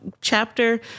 chapter